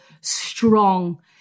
strong